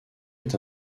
est